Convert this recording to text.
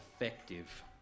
effective